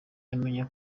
amenya